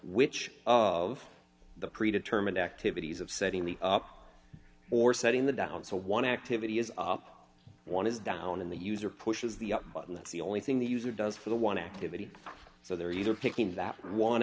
which of the pre determined activities of setting the up or setting the down so one activity is up one is down in the user pushes the button that's the only thing the user does for the one activity so they're either picking that one